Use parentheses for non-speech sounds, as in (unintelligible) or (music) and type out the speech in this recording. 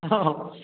(unintelligible)